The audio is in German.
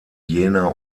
jena